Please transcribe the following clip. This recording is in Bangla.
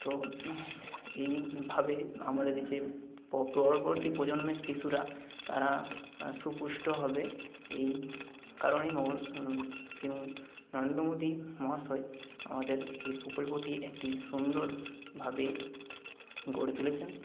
তো এইভাবে আমাদের যে পরবর্তী প্রজন্মের শিশুরা তারা সুপুষ্ট হবে এই কারণেই নরেন্দ্র মোদী মহাশয় আমাদের এই প্রকল্পটি একটি সুন্দরভাবে গড়ে তুলেছেন